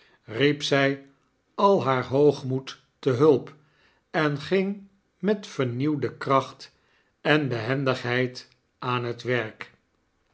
riep zy al haar hoogmoed te hulp en ging met vernieuwde kracht en behendigheid aan het werk